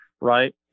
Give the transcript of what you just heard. right